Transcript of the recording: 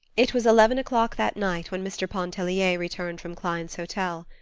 it was eleven o'clock that night when mr. pontellier returned from klein's hotel.